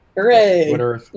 Hooray